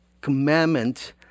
commandment